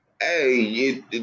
Hey